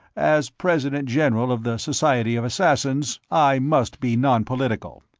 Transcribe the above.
as president-general of the society of assassins, i must be nonpolitical.